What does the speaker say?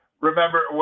remember